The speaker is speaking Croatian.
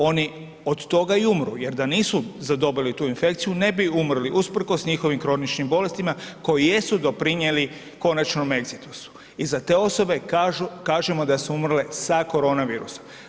Oni od toga i umru jer da nisu zadobili tu infekciju ne bi umrli usprkos njihovim kroničnim bolestima koji jesu doprinjeli konačnom egzidusu i za te osobe kažu, kažemo da su umrle „sa“ koronavirusom.